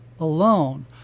alone